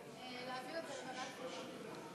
להעביר את זה לוועדת חוקה.